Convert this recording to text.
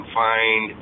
find